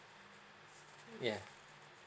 yeah